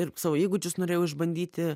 ir savo įgūdžius norėjau išbandyti